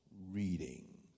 reading